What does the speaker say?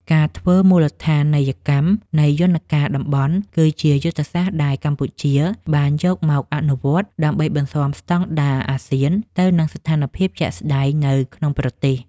ការធ្វើមូលដ្ឋានីយកម្មនៃយន្តការតំបន់ គឺជាយុទ្ធសាស្ត្រដែលកម្ពុជាបានយកមកអនុវត្ត ដើម្បីបន្ស៊ាំស្តង់ដារអាស៊ានទៅនឹងស្ថានភាពជាក់ស្តែងនៅក្នុងប្រទេស។